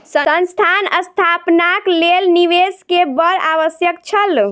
संस्थान स्थापनाक लेल निवेश के बड़ आवश्यक छल